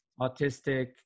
autistic